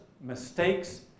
mistakes